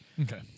Okay